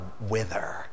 wither